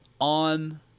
on